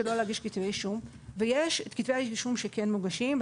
לא להגיש כתבי אישום ויש את כתבי האישום שכן מוגשים,